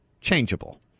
changeable